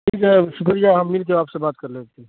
ٹھیک ہے شکریہ ہم مل کے آپ سے بات کر لیتے ہیں